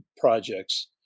projects